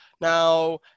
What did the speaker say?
Now